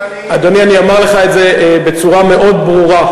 אדוני, אני אומר לך את זה בצורה מאוד ברורה: